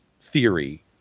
theory